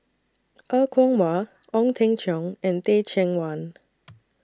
Er Kwong Wah Ong Teng Cheong and Teh Cheang Wan